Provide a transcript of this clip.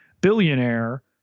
billionaire